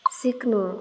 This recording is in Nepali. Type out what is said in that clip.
सिक्नु